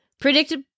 Predicted